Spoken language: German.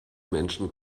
menschen